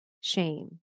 shame